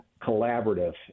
collaborative